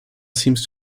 seems